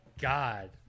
god